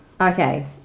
Okay